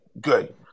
good